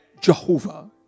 Jehovah